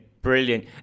Brilliant